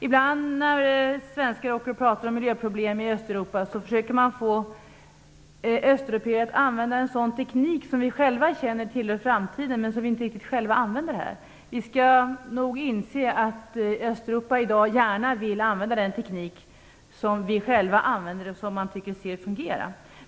Ibland när svenskar åker till Östeuropa och pratar om miljöproblem försöker man få östeuropéer att använda en sådan teknik som vi själva känner tillhör framtiden, men som vi inte använder. Vi skall nog inse att Östeuropa i dag gärna vill använda den teknik som vi själva använder och som man ser fungerar.